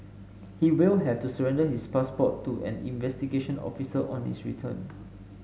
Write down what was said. he will have to surrender his passport to an investigation officer on his return